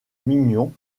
mignon